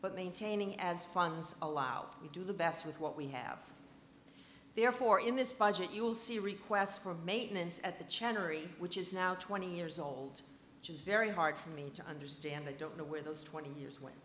but maintaining as funds allow we do the best with what we have therefore in this budget you will see requests for maintenance at the chancery which is now twenty years old which is very hard for me to understand the don't know where those twenty years wen